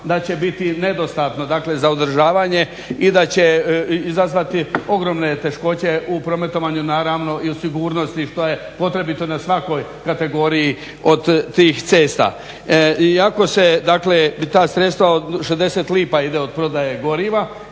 da će biti nedostatno dakle za odražavanje i da će izazvati ogromne teškoće u prometovanju, naravno i u sigurnosti što je potrebito na svakoj kategoriji od tih cesta. Iako se dakle i ta sredstva od, 60 lipa ide od prodaje goriva